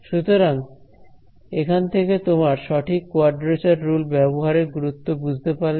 সুতরাং এখান থেকে তোমরা সঠিক কোয়াড্রেচার রুল ব্যবহারের গুরুত্ব বুঝতে পারলে